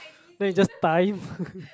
then you just time